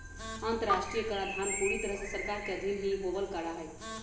अन्तर्राष्ट्रीय कराधान पूरी तरह से सरकार के अधीन ही होवल करा हई